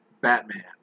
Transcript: Batman